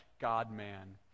God-man